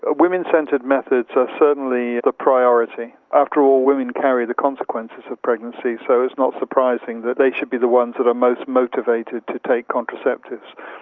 ah women-centred methods are certainly the priority. after all, women carry the consequences of pregnancy so it's not surprising that they should be the ones that are most motivated to take contraceptives.